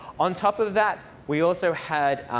on top of that, we also had,